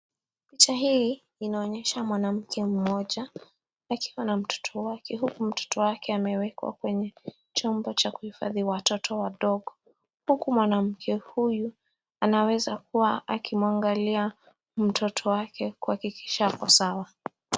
Picha hii inaonyesha mwanamke mmoja ,akiwa na mtoto wake huku mtoto wake amewekwa kwenye chombo cha kuhifadhi watoto wadogo. Huku mwanamke huyu anaweza kuwa akimwangalia mtoto wake kuhakikisha ako sawa.